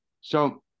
So-